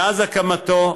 מאז הקמתו,